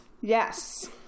Yes